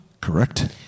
Correct